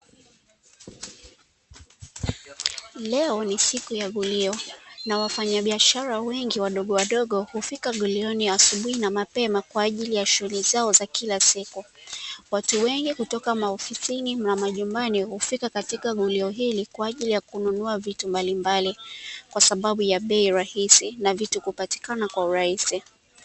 Leo ni siku ya gulio na wafanyabiashara wengi wadogowadogo hufika gulioni asubuhi na mapema, kwa ajili ya shughuli zao za kila siku. Watu wengi kutoka maofisini na majumbani, hufika katika gulio hili kwa ajili ya kununua vitu mbalimbali, kwa sababu ya bei rahisi na vitu kupatikana kwa urahisi.